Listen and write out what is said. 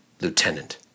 lieutenant